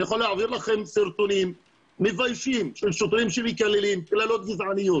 אני יכול להעביר לכם סרטונים מביישים של שוטרים שמקללים קללות גזעניות